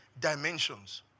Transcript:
Dimensions